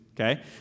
okay